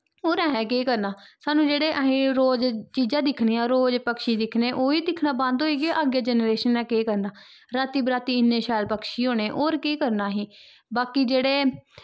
और असै केह् करना स्हानू जेह्ड़े असी रोज चीजां दिक्खनियां रोज पक्षी दिक्खने ओह् ही दिक्खना बंद होई गे अग्गै जनरेशन नै केह् करना राती बराती इन्ने शैल पक्षी होने और केह् करना असी बाकी जेह्ड़े